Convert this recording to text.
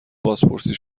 بازپرسی